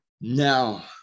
Now